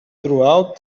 throughout